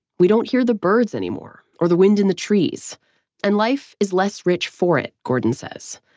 we don't hear the birds anymore. or the wind in the trees and life is less rich for it, gordon says.